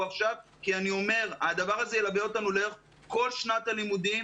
עכשיו כי אני אומר שהדבר הזה ילווה אותנו לאורך כל שנת הלימודים.